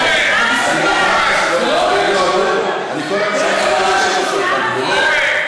אני כל היום שומע, את התגובות.